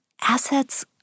assets